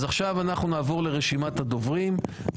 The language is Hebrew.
אז עכשיו אנחנו נעבור לרשימת הדוברים.